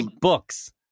books